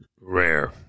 rare